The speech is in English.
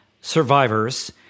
survivors